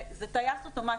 זה טייס אוטומטי,